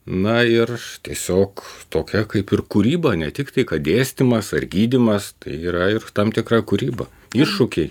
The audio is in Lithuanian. na ir tiesiog tokia kaip ir kūryba ne tik tai kad dėstymas ar gydymas tai yra ir tam tikra kūryba iššūkiai